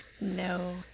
No